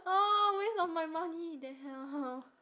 ugh waste of my money the hell